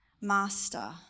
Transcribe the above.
Master